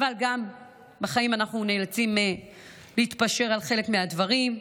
אבל בחיים אנחנו נאלצים להתפשר על חלק מהדברים.